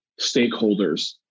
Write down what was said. stakeholders